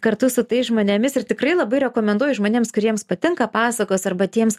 kartu su tais žmonėmis ir tikrai labai rekomenduoju žmonėms kuriems patinka pasakos arba tiems